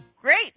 great